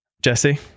Jesse